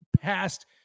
past